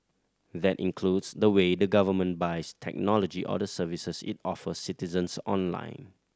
that includes the way the government buys technology or the services it offers citizens online